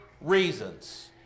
reasons